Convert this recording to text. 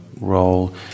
role